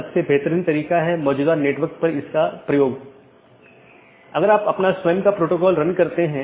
इसलिए बहुत से पारगमन ट्रैफ़िक का मतलब है कि आप पूरे सिस्टम को ओवरलोड कर रहे हैं